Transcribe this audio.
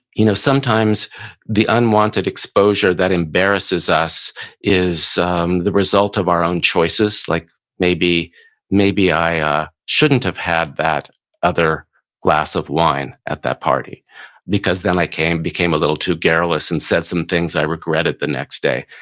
you know sometimes the unwanted exposure that embarrasses us is um the result of our own choices, like maybe maybe i ah shouldn't have have that other glass of wine at that party because then i became a little too garrulous and said some things i regretted the next day.